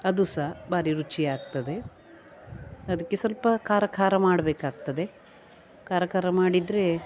ಅದು ಸಹ ಭಾರಿ ರುಚಿ ಆಗ್ತದೆ ಅದಕ್ಕೆ ಸ್ವಲ್ಪ ಖಾರ ಖಾರ ಮಾಡ್ಬೇಕಾಗ್ತದೆ ಖಾರ ಖಾರ ಮಾಡಿದರೆ